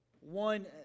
One